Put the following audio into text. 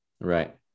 Right